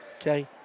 okay